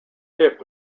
hit